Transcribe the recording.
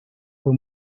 fue